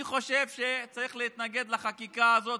אני חושב שצריך להתנגד לחקיקה הזאת.